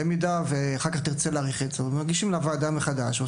ובמידה ותרצה להאריך איתו מגישים את הבקשה לוועדה מחדש.